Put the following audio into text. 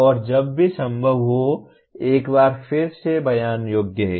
और जब भी संभव हो एक बार फिर से बयान योग्य है